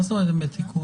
מה זאת אומרת לגבי תיקון?